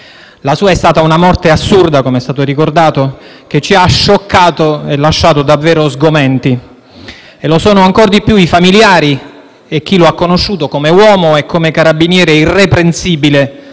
La sua è stata una morte assurda - come è stato ricordato - che ci ha scioccato e lasciato davvero sgomenti. Lo sono ancor di più i familiari e chi lo ha conosciuto come uomo e come carabiniere irreprensibile